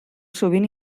sovint